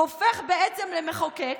"הופך בעצם למחוקק,